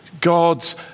God's